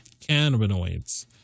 cannabinoids